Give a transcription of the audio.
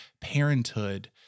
parenthood